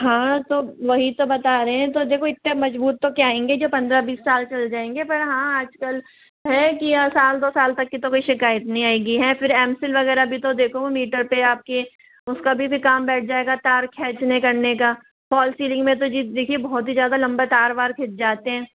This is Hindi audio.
हाँ तो वही तो बता रहें हैं तो देखो इतने मज़बूत तो क्या आएंगे जो पंद्रह बीस साल चल जाएंगे पर हाँ आज कल है कि आ साल दो साल तक की तो कोई शिकायत नहीं आएगी हैं फिर एमसील वग़ैरह भी तो देखो वो मीटर पर आप के उसका भी भी काम बैठ जाएगा तार खेंचने करने का फॅाल सीलिंग में तो जी देखिए बहुत ही ज़्यादा लम्बा तार वार खिच जाते हैं